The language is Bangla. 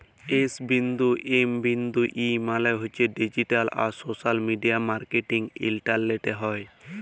এস বিন্দু এম বিন্দু ই মালে হছে ডিজিট্যাল আর সশ্যাল মিডিয়া মার্কেটিং ইলটারলেটে হ্যয়